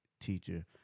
teacher